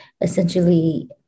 essentially